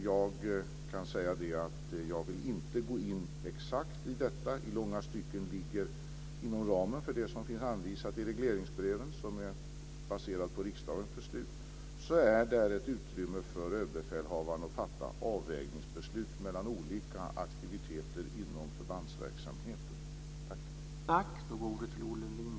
Jag vill inte exakt gå in på detta. I långa stycken ligger de inom ramen för det som vi anvisade i regleringsbreven som är baserade på riksdagens beslut. Där finns ett utrymme för överbefälhavaren att fatta avvägningsbeslut mellan olika aktiviteter inom förbandsverksamheten.